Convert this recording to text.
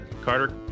carter